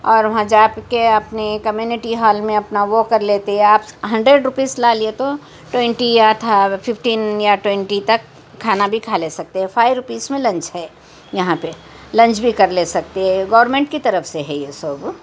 اور وہاں جا کے اپنی کمیونٹی ہال میں اپنا وہ کر لیتے آپ ہنڈریڈ روپیز لا لیے تو ٹوئنٹی یا ففٹین یا ٹوئنٹی تک کھانا بھی کھا لے سکتے فائیو روپیز میں لنچ ہے یہاں پہ لنچ بھی کر لے سکتے گورنمنت کی طرف سے ہے یہ سب